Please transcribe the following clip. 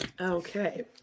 Okay